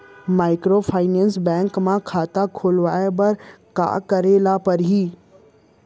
Microfinance bank म खाता खोलवाय बर का करे ल परही?